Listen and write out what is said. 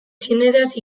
txineraz